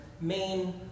main